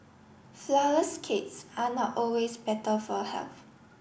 flourless cakes are not always better for health